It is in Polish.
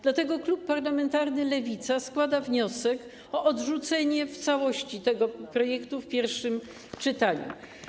Dlatego klub parlamentarny Lewica składa wniosek o odrzucenie w całości tego projektu w pierwszym czytaniu.